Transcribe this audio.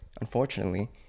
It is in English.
unfortunately